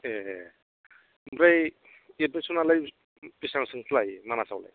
ए ओमफ्राय एडमिसनालाय बेसेबां बेसेबांथो लायो मानास आवलाय